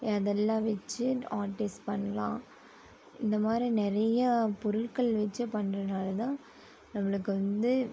ஏ அதெல்லாம் வெச்சு ஆர்டிஸ் பண்ணலாம் இந்த மாதிரி நிறையா பொருள்கள் வெச்சு பண்ணுறனால தான் நம்மளுக்கு வந்து